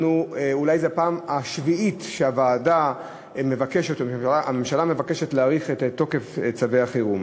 אולי זו הפעם השביעית שהממשלה מבקשת להאריך את תוקף צווי החירום.